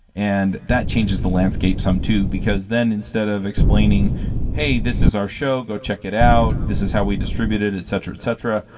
and that changes the landscape some too, because then instead of explaining hey, this is our show. go check it out. this is how we distribute it, etc, etc.